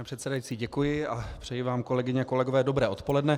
Pane předsedající, děkuji a přeji vám, kolegyně a kolegové, dobré odpoledne.